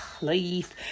life